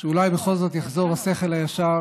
שאולי בכל זאת יחזור השכל הישר